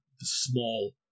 small